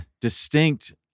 distinct